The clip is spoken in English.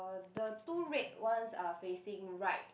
the two red ones are facing right